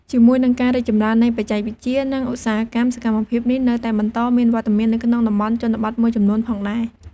ជាមួយនឹងការរីកចម្រើននៃបច្ចេកវិទ្យា និងឧស្សាហកម្ម សកម្មភាពនេះនៅតែបន្តមានវត្តមាននៅក្នុងតំបន់ជនបទមួយចំនួនផងដែរ។